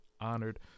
Honored